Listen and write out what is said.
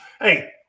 Hey